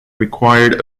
required